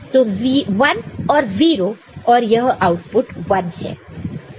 तो 1 और 0 और यह आउटपुट 1 है